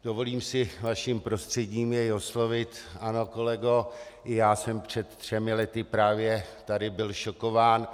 Dovolím si vaším prostřednictvím jej oslovit: Ano, kolego, i já jsem před třemi lety právě tady byl šokován.